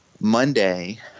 Monday